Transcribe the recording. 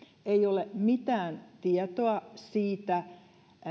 ei ole mitään tietoa siitä